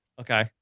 okay